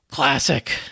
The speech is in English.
Classic